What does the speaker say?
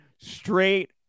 straight